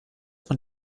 man